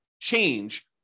change